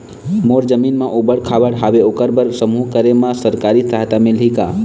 मोर जमीन म ऊबड़ खाबड़ हावे ओकर बर समूह करे बर सरकारी सहायता मिलही का?